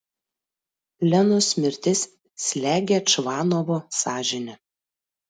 lenos mirtis slegia čvanovo sąžinę